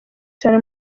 cyane